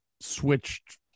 switched